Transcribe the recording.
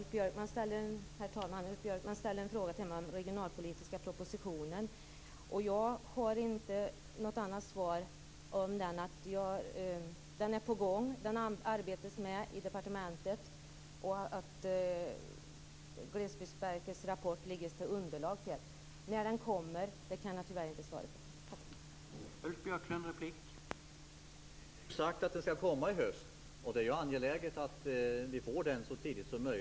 Herr talman! Ulf Björklund ställer en fråga till mig om den regionalpolitiska propositionen. Jag har inte något annat svar än att den är på gång. Man arbetar med den i departementet. Glesbygdsverkets rapport ligger till underlag för den. När den kommer kan jag tyvärr inte svara på.